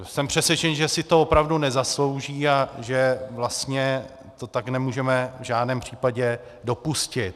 Jsem přesvědčen, že si to opravdu nezaslouží a že vlastně to tak nemůžeme v žádném případě dopustit.